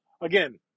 again